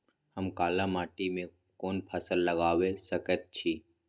हम काला माटी में कोन फसल लगाबै सकेत छी?